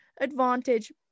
advantage